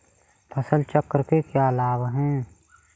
फसल चक्र के क्या लाभ हैं?